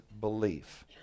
belief